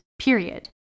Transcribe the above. period